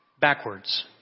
backwards